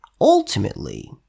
ultimately